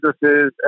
businesses